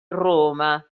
roma